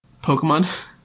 Pokemon